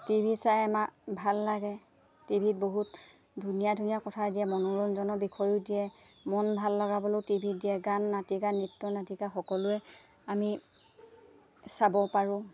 T V চাই আমাক ভাল লাগে টি ভিত বহুত ধুনীয়া ধুনীয়া কথাই দিয়ে মনোৰঞ্জনৰ বিষয়ো দিয়ে মন ভাল লগাবলৈয়ো টি ভিত দিয়ে গান নাটিকা নৃত্যনাটিকা সকলোৱে আমি চাব পাৰোঁ